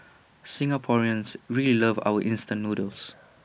Singaporeans really love our instant noodles